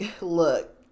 look